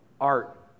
art